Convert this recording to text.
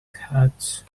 hurts